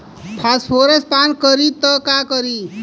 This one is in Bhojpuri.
फॉस्फोरस पान करी त का करी?